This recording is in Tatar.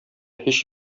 һич